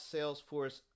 Salesforce